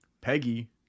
Peggy